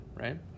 right